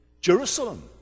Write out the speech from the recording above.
Jerusalem